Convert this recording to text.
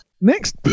Next